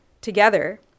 together